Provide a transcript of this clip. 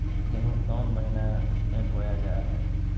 गेहूँ कौन महीना में बोया जा हाय?